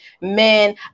men